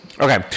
Okay